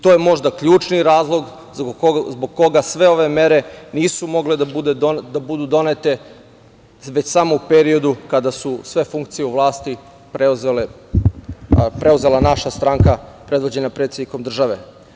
To je možda ključni razlog zbog koga sve ove mere nisu mogle da budu donete, već samo u periodu kada su sve funkcije u vlasti preuzela naša stranka predvođena predsednikom države.